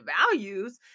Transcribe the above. values